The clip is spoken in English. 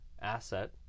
asset